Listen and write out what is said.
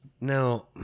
Now